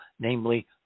namely